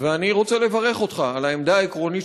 ואני רוצה לברך אותך על העמדה העקרונית